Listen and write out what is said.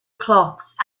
cloths